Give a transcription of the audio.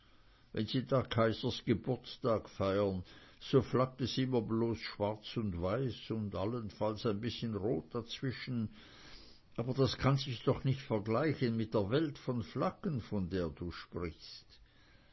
wenn sie da kaisers geburtstag feiern so flaggt es immer bloß schwarz und weiß und allenfalls ein bißchen rot dazwischen aber das kann sich doch nicht vergleichen mit der welt von flaggen von der du sprichst